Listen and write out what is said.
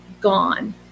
gone